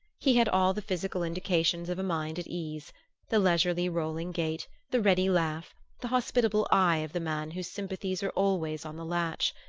he had all the physical indications of a mind at ease the leisurely rolling gait, the ready laugh, the hospitable eye of the man whose sympathies are always on the latch.